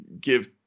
give